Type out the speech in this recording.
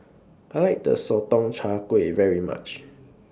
I like The Sotong Char Kway very much